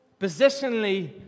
Positionally